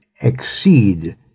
exceed